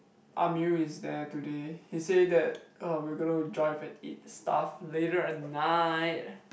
Amirul is there today he say that um we going to drive and eat stuff later at night